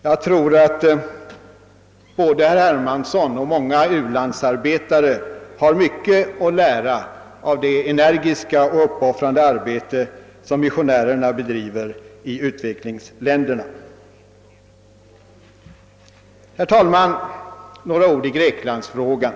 Både herr Hermansson och många u-landsarbetare skulle säkert ha mycket att lära av det energiska och uppoffrande arbete som missionärerna bedriver i utvecklingsländerna. Så några ord i Greklandsfrågan.